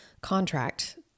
contract